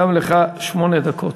גם לך שמונה דקות.